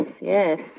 yes